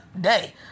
day